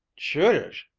judish?